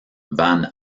van